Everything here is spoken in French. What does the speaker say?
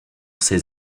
ces